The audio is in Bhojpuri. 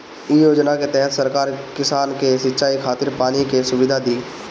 इ योजना के तहत सरकार किसान के सिंचाई खातिर पानी के सुविधा दी